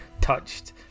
touched